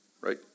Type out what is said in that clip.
right